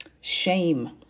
shame